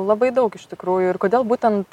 labai daug iš tikrųjų ir kodėl būtent